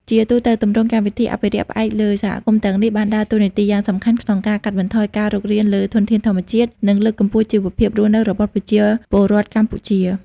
ជាទូទៅ ទម្រង់កម្មវិធីអភិរក្សផ្អែកលើសហគមន៍ទាំងនេះបានដើរតួនាទីយ៉ាងសំខាន់ក្នុងការកាត់បន្ថយការរុករានលើធនធានធម្មជាតិ និងលើកកម្ពស់ជីវភាពរស់នៅរបស់ប្រជាពលរដ្ឋកម្ពុជា។